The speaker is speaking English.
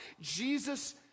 Jesus